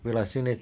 有啦现在